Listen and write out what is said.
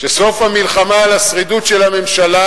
שסוף המלחמה על השרידות של הממשלה,